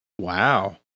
Wow